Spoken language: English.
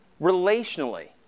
relationally